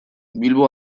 bilbo